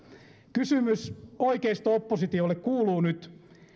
kysymys oikeisto oppositiolle kuuluu nyt